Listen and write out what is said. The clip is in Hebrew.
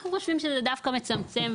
אנחנו חושבים שזה דווקא מצמצם,